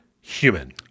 human